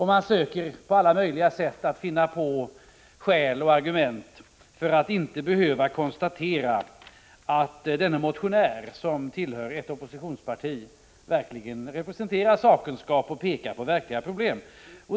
Man försöker på alla möjliga sätt att finna skäl och argument för att inte behöva konstatera att denne motionär, som tillhör ett oppositionsparti, verkligen representerar sakkunskap och pekar på verkliga problem.